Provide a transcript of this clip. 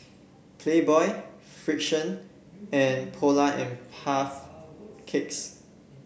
Playboy Frixion and Polar and Puff Cakes